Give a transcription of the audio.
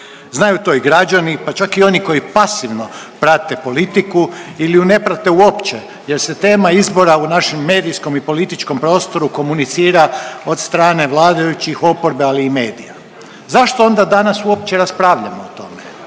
znaju to i građani, pa čak i oni koji pasivno prate politiku ili ju ne prate uopće jer se tema izbora u našem medijskom i političkom prostoru komunicira od strane vladajućih, oporbe, ali i medija. Zašto onda danas uopće raspravljamo o tome?